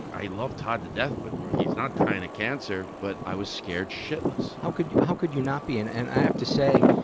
i love todd to death, but he's not dying of cancer. but i was scared shitless. how could how could you not be? and and i have to say,